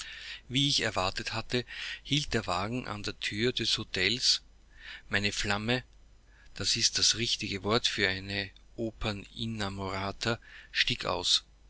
wie ich erwartet hatte hielt der wagen an der thür des hotels meine flamme das ist das richtige wort für eine opern innamorata stieg aus